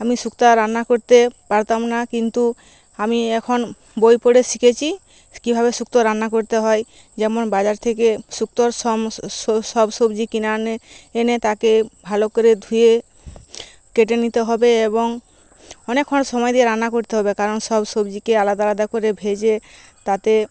আমি শুক্তো রান্না করতে পারতাম না কিন্তু আমি এখন বই পড়ে শিখেছি কীভাবে শুক্তো রান্না করতে হয় যেমন বাজার থেকে শুক্তোর সম সব সবজি কিনে আনে এনে তাকে ভালো করে ধুয়ে কেটে নিতে হবে এবং অনেকক্ষণ সময় দিয়ে রান্না করতে হবে কারণ সব সবজিকে আলাদা আলাদা করে ভেজে তাতে